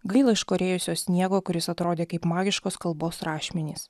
gaila iškorijusio sniego kuris atrodė kaip magiškos kalbos rašmenys